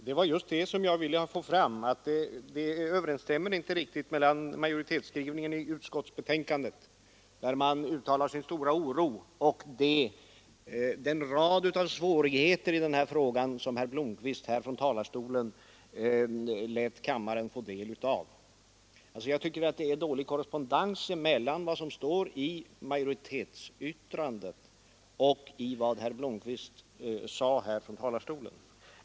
Herr talman! Vad jag ville peka på var att majoritetsskrivningen i utskottsbetänkandet, där man uttalar sin stora oro över utvecklingen i denna fråga, dåligt korresponderar med det som herr Blomkvist i övrigt sade om svårigheterna.